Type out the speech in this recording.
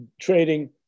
trading